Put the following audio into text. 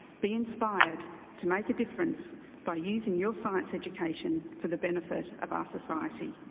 be inspired to make a difference by using your science education for the benefit of our society.